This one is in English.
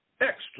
extra